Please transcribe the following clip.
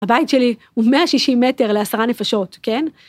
הבית שלי הוא 160 מטר לעשרה נפשות, כן?